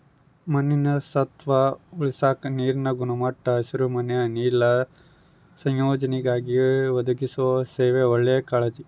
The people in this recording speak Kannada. ಮಣ್ಣಿನ ಸತ್ವ ಉಳಸಾಕ ನೀರಿನ ಗುಣಮಟ್ಟ ಹಸಿರುಮನೆ ಅನಿಲ ಸಂಯೋಜನೆಗಾಗಿ ಒದಗಿಸುವ ಸೇವೆ ಒಳ್ಳೆ ಕಾಳಜಿ